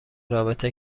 رابطه